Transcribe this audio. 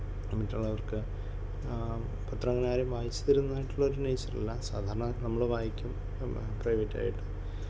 മറ്റുള്ളവർക്ക് പത്രം അങ്ങനെ ആരും വായിച്ച് തരുന്നതായിട്ടുള്ളൊരു നേച്ചർ അല്ല അത് സാധാരണ നമ്മൾ വായിക്കും നം പ്രൈവറ്റ് ആയിട്ട്